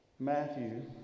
Matthew